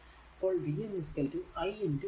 അപ്പോൾ vn i Rn